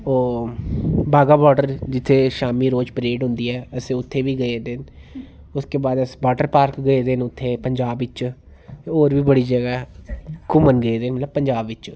ओह् बाघा बार्डर जित्थै शामी रोज परेड होंदी ऐ अस उत्थै बी गेदे न उसके बाद अस वाटर पार्क गेदे न उत्थै पंजाब च होर बी बड़ी जगह ऐ घुम्मन गेदे न मतलब पंजाब च